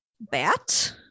bat